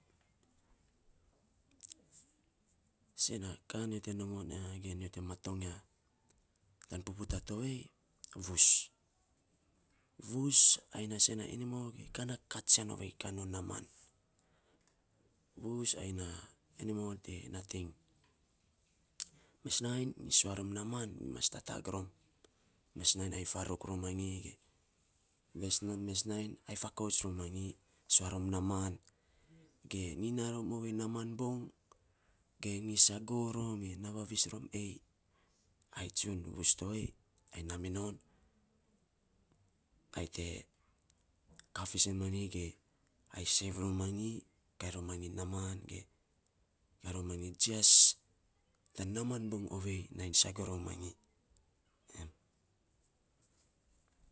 Sen a ka nyo te nongon ya, gen nyo te maton ya tan puputaa tovei a vus. Vus ain na sen na enimol ge sen na ka na katsian ovei kaa non naaman vus ai na enimol te nating, mes nainy nyi sua rom naam inyi mas tatang rom, mes nainy ai faruk rom manyo ge mes nainy ai fakout rom manyi, sua rom naaman ge nyi naa rom ovei naaman bong, ge nyi sagor rom ge naa vavis rom ei ai tsun bus tovei, ai naa minon ai te kaa fiisen manyi, ge ai seiv romanyi kain romanyi kain romanyi naaman ge, kaa rom manyi to jias tan naaman bong ovei nainy sak orom manyi. em.